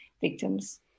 victims